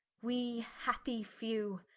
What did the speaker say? we happy few,